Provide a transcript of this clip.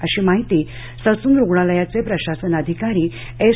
अशी माहिती ससून रुग्णालयाचे प्रशासन अधिकारी एस